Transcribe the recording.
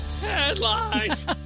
Headlines